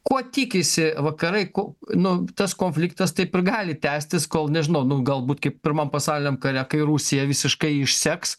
ko tikisi vakarai nu tas konfliktas taip ir gali tęstis kol nežinau nu galbūt kaip pirmam pasauliniam kare kai rusija visiškai išseks